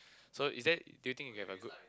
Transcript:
so is there do you think you have a good